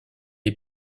est